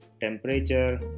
temperature